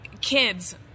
kids